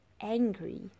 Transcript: angry